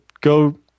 go